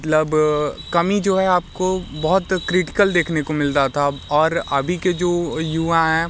मतलब कमी जो है आपको बहुत क्रिटकल देखने को मिलता था और अभी के जो युवा हैं